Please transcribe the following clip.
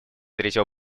третьего